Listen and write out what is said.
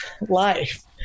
life